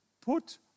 put